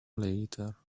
later